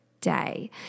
day